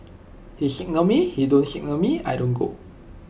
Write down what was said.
he signal me he don't signal me I don't go